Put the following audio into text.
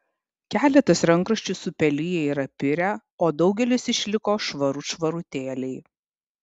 keletas rankraščių supeliję ir apirę o daugelis išliko švarut švarutėliai